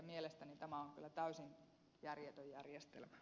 mielestäni tämä on kyllä täysin järjetön järjestelmä